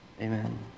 amen